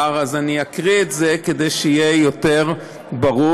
אז אני אקריא את זה כדי שיהיה יותר ברור.